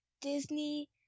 Disney